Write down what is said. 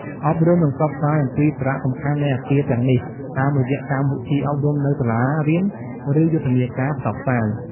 អប់រំ និងផ្សព្វផ្សាយ អំពីសារៈសំខាន់នៃអគារទាំងនេះ តាមរយៈកម្មវិធីអប់រំនៅសាលារៀន ឬយុទ្ធនាការផ្សព្វផ្សាយ។